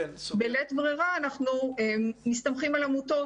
בלית ברירה אנחנו מסתמכים על עמותות.